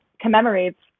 commemorates